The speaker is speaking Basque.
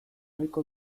ohiko